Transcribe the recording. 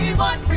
my